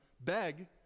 Beg